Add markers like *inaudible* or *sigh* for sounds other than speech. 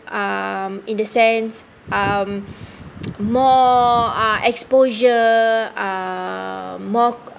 um in the sense um *breath* *noise* more uh exposure uh more